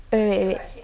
wait wait wait